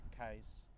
case